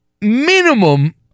minimum